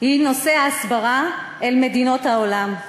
היא נושא ההסברה במדינות העולם.